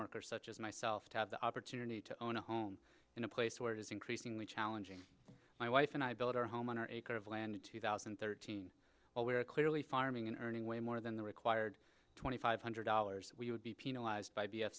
worker such as myself to have the opportunity to own a home in a place where it is increasingly challenging my wife and i built our home on our acre of land in two thousand and thirteen while we were clearly farming and earning way more than the required twenty five hundred dollars we would be penalized